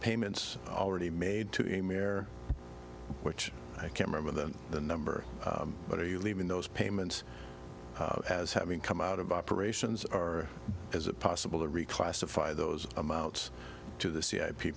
payments already made to a mare which i can remember them the number but are you leaving those payments as having come out of operations or is it possible to reclassify those amounts to the c i p